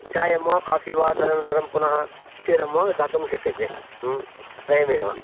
चायं वा काफ़ि वा तदनन्तरं पुनः क्षीरं वा दातुं शक्यते त्रयमेव